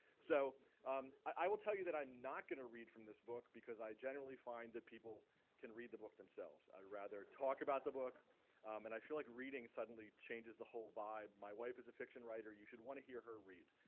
so i will tell you that i'm not gonna read from this book because i generally find that people can read the book themselves. i'd rather talk about the book and i feel like reading suddenly changes the whole vibe. my wife is a fiction writer. you should want to hear her read.